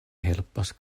helpas